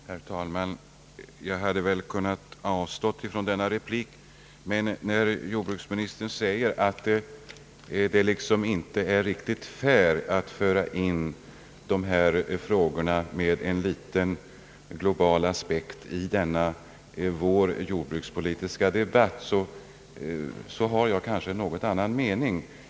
Herr talman! Jag hade kanske i och för sig kunnat avstå från denna replik. Men när jordbruksministern gör gällande att det inte skulle vara riktigt fair att föra in frågor med en global aspekt i denna vår jordbrukspolitiska debatt vill jag anmäla att jag har en något annan mening.